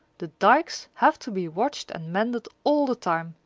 the dykes have to be watched and mended all the time,